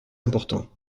important